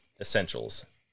essentials